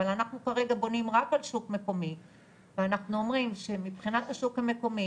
אבל אנחנו כרגע בונים רק על שוק מקומי ואנחנו אומרים שמבחינת השוק המקומי